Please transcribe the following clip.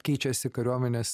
keičiasi kariuomenės